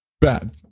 Bad